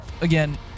again